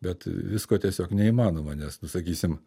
bet visko tiesiog neįmanoma nes nu sakysim